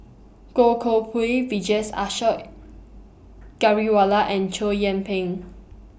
Goh Koh Pui Vijesh Ashok Ghariwala and Chow Yian Ping